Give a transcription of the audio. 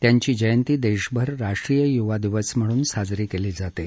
त्यांची जयंती देशभर राष्ट्रीय युवा दिवस म्हणून साजरी केली जाते